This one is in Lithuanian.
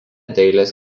dailės